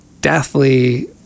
deathly